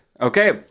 Okay